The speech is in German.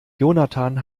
jonathan